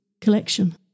collection